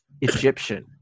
Egyptian